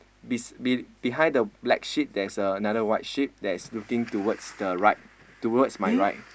be be behind the black sheep there's another white sheep that's looking towards the right towards my right